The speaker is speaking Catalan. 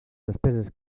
despeses